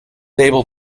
able